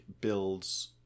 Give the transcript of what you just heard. builds